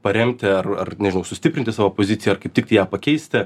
paremti ar ar nežinau sustiprinti savo poziciją ar kaip tik ją pakeisti